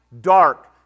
dark